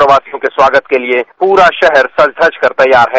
प्रवासियों के स्वागत के लिए प्ररा शहर सज धज कर तैयार है